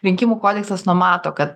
rinkimų kodeksas numato kad